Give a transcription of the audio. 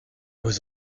aux